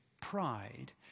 Pride